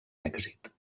èxit